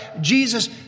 Jesus